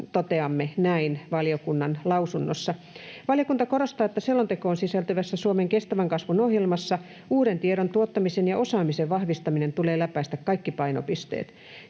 Toteamme näin valiokunnan lausunnossa: ”Valiokunta korostaa, että selontekoon sisältyvässä Suomen kestävän kasvun ohjelmassa uuden tiedon tuottamisen ja osaamisen vahvistamisen tulee läpäistä kaikki painopisteet.